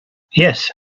yes